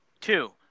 Two